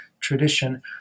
tradition